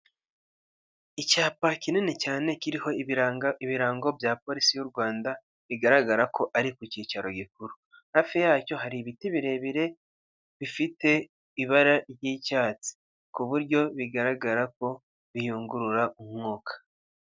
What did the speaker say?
Icyapa kinini cyane kiriho ibiranga ibirango bya polisi y'u rwanda bigaragara ko ari ku cyicaro gikuru. Hafi yacyo hari ibiti birebire bifite ibara ry'icyatsi ku buryo bigaragara ko biyungurura umwuka.